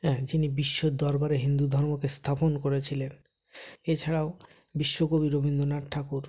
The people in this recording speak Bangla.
হ্যাঁ যিনি বিশ্বর দরবারে হিন্দু ধর্মকে স্থাপন করেছিলেন এছাড়াও বিশ্বকবি রবীন্দ্রনাথ ঠাকুর